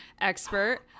expert